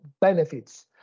benefits